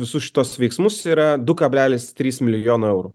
visus šituos veiksmus yra du kablelis trys milijono eurų